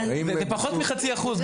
זה פחות מחצי אחוז.